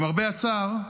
למרבה הצער,